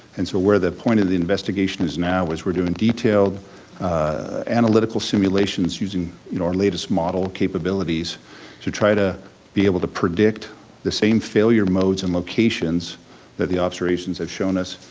and so the point of the investigation is now is we're doing detailed analytical simulations using you know our latest model capabilities to try to be able to predict the same failure modes and locations that the observations have shown us,